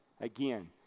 Again